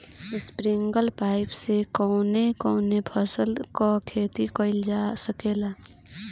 Sprinkler pipe से कवने कवने फसल क खेती कइल जा सकेला?